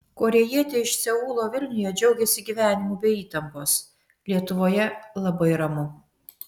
korėjietė iš seulo vilniuje džiaugiasi gyvenimu be įtampos lietuvoje labai ramu